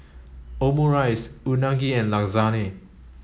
Omurice Unagi and Lasagne